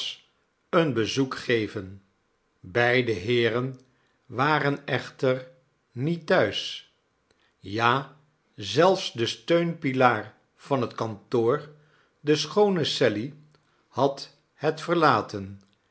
een bezoek geven beide heeren waren echter niet thuis ja zelfs de steunpilaar van het kantoor de schoone sally had het verlaten